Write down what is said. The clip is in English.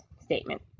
statement